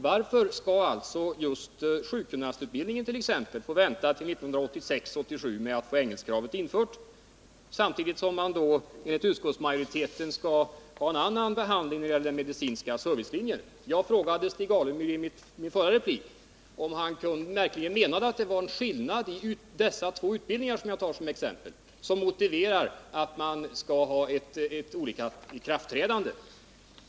Varför skall exempelvis sjukgymnastutbildningen få vänta till 1986/87 på att få engelskkravet infört, samtidigt som man enligt utskottsmajoriteten skall ha en annan behandling när det gäller den medicinska servicelinjen? Jag frågade Stig Alemyr i min förra replik, om han verkligen menade att det var en skillnad i de två utbildningar jag tagit som exempel, som skulle motivera att man skall ha olikartat ikraftträdande.